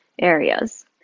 areas